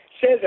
says